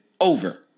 over